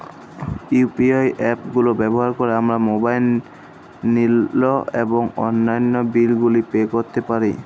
UPI app গুলো ব্যবহার করে আমরা মোবাইল নিল এবং অন্যান্য বিল গুলি পে করতে পারি